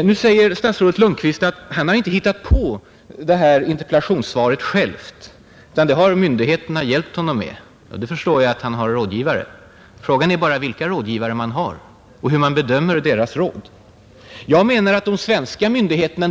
Civilminister Lundkvist säger att han inte har hittat på interpellationssvaret själv utan det har myndigheterna hjälpt honom med. Jag förstår att han har rådgivare. Frågan är bara vilka rådgivare man har och hur man bedömer deras råd. En del av de svenska myndigheterna